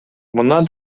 мындан